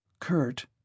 Kurt